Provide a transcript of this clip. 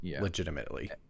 legitimately